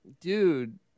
dude